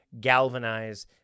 galvanize